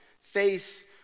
face